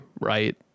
Right